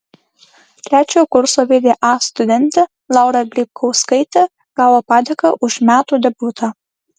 trečiojo kurso vda studentė laura grybkauskaitė gavo padėką už metų debiutą